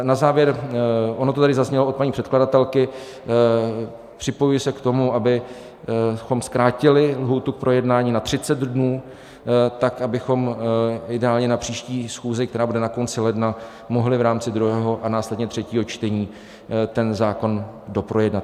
Na závěr, ono to tady zaznělo od paní předkladatelky, připojuji se k tomu, abychom zkrátili lhůtu pro jednání na 30 dnů, tak abychom ideálně na příští schůzi, která bude na konci ledna, mohli v rámci druhého, a následně třetího čtení ten zákon doprojednat.